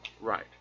Right